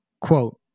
Quote